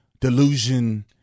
delusion